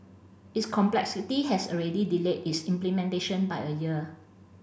its complexity has already delayed its implementation by a year